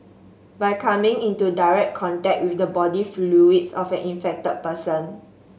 by coming into direct contact with the body fluids of an infected person